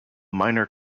minor